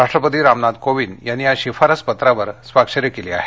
राष्ट्रपती रामनाथ कोविंद यांनी या शिफारस पत्रावर स्वाक्षरी केली आहे